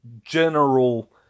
general